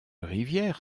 rivière